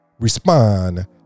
Respond